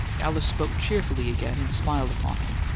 alice spoke cheerfully again, and smiled upon him.